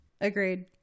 Agreed